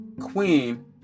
queen